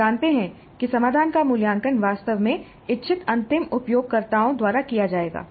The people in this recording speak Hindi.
वे जानते हैं कि समाधान का मूल्यांकन वास्तव में इच्छित अंतिम उपयोगकर्ताओं द्वारा किया जाएगा